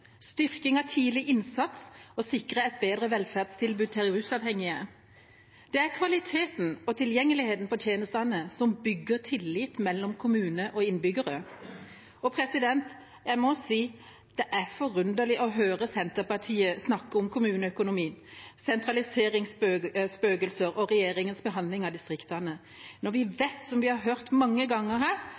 styrking av tidlig innsats og å sikre et bedre velferdstilbud til rusavhengige. Det er kvaliteten og tilgjengeligheten på tjenestene som bygger tillit mellom kommune og innbyggere. Jeg må si at det er forunderlig å høre Senterpartiet snakke om kommuneøkonomi, sentraliseringsspøkelser og regjeringas behandling av distriktene når vi vet, som vi har hørt mange ganger her,